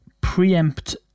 preempt